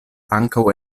ankaŭ